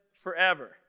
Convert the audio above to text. forever